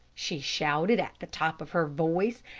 she shouted at the top of her voice,